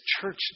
church